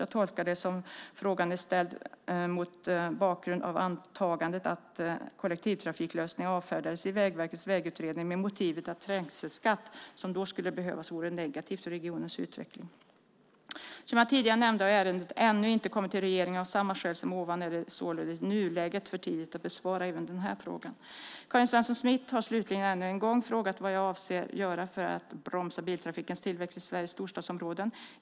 Jag tolkar det så att frågan är ställd mot bakgrund av antagandet att kollektivtrafiklösningar avfärdades i Vägverkets vägutredning med motivet att trängselskatt, som då skulle behövas, vore negativt för regionens utveckling. Som jag tidigare nämnde har ärendet ännu inte inkommit till regeringen. Av samma skäl är det således i nuläget för tidigt att besvara även denna fråga. Karin Svensson Smith har slutligen ännu en gång frågat mig vad jag avser att göra mer för att bromsa biltrafikens tillväxt i Sveriges storstadsområden.